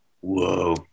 Whoa